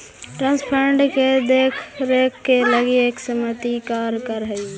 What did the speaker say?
trust fund के देख रेख के लगी एक समिति कार्य कर हई